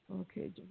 Okay